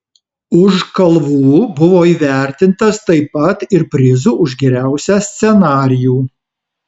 už kalvų buvo įvertintas taip pat ir prizu už geriausią scenarijų